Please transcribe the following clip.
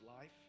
life